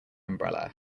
umbrella